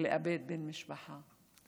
לאבד בן משפחה?